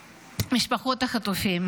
החטופים,